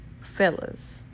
fellas